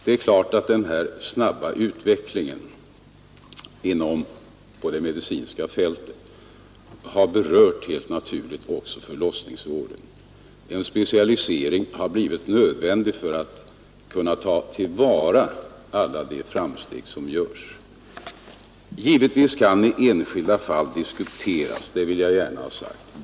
Helt naturligt har den snabba utvecklingen på det medicinska fältet också berört förlossningsvården. Det har där blivit nödvändigt med en specialisering för att kunna ta till vara alla de framsteg som görs. Givetvis kan man i enskilda fall diskutera graden av centralisering. Det vill jag gärna ha sagt.